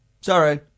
Sorry